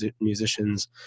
musicians